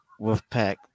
Wolfpack